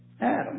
Adam